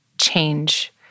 change